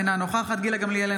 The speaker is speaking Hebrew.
אינה נוכחת גילה גמליאל,